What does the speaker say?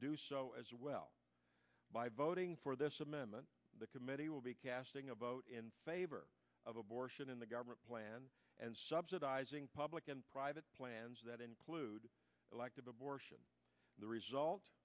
as well by voting for this amendment the committee will be casting a vote in favor of abortion in the government plan subsidizing public and private plans that include elective abortion the result